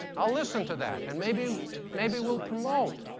i'll listen to that and maybe maybe we'll promote.